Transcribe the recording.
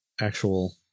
actual